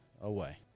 away